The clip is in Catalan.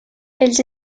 els